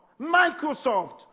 Microsoft